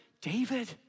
David